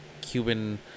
Cuban